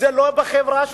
לא בחברה שלנו.